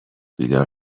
بیدار